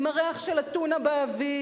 עם הריח של הטונה באוויר.